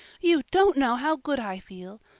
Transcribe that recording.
you don't know how good i feel!